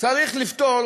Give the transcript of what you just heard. צריך לפטור